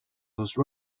those